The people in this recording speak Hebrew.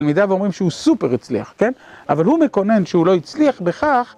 ת‫למידיו אומרים שהוא סופר הצליח, כן? ‫אבל הוא מקונן שהוא לא הצליח בכך,